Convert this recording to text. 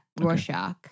Rorschach